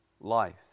life